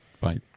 Bye